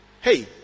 Hey